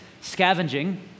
scavenging